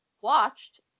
watched –